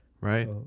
right